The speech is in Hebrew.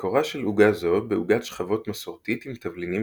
מקורה של עוגה זו בעוגת שכבות מסורתית עם תבלינים